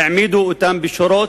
העמידו אותם בשורות,